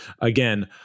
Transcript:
again